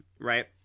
right